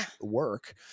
work